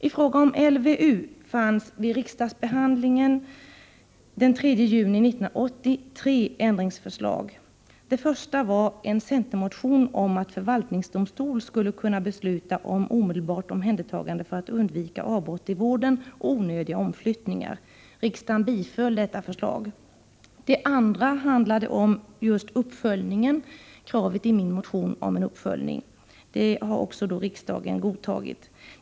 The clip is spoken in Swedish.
I fråga om LVU fanns vid riksdagsbehandlingen den 3 juni 1980 tre ändringsförslag. Det första var en centermotion om att förvaltningsdomstol skulle kunna besluta om omedelbart omhändertagande för att undvika avbrott i vården och onödiga omflyttningar. Riksdagen biföll detta förslag. Det andra handlade om kravet i min motion om en uppföljning. Det har riksdagen också godtagit.